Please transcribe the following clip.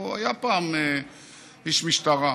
הוא היה פעם איש משטרה.